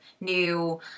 new